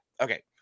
Okay